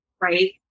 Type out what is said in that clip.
right